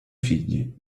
figli